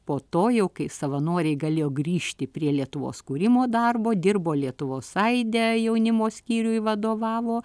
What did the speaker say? po to jau kai savanoriai galėjo grįžti prie lietuvos kūrimo darbo dirbo lietuvos aide jaunimo skyriui vadovavo